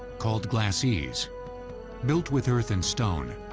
called glacis. built with earth and stone,